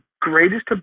greatest